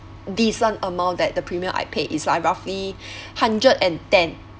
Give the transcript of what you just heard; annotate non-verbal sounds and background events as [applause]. decent amount that the premium I pay is like roughly [breath] hundred and ten